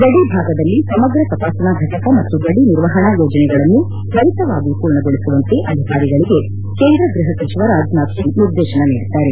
ಗಡಿ ಭಾಗದಲ್ಲಿ ಸಮಗ್ರ ತಪಾಸಣಾ ಫಟಕ ಮತ್ತು ಗಡಿ ನಿರ್ವಹಣಾ ಯೋಜನೆಗಳನ್ನು ತ್ವರಿತವಾಗಿ ಪೂರ್ಣಗೊಳಿಸುವಂತೆ ಅಧಿಕಾರಿಗಳಿಗೆ ಕೇಂದ್ರ ಗ್ಲಹ ಸಚಿವ ರಾಜನಾಥ್ ಸಿಂಗ್ ನಿರ್ದೇಶನ ನೀಡಿದ್ದಾರೆ